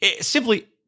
simply